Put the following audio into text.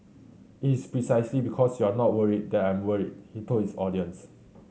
it is precisely because you are not worried that I am worried he told his audience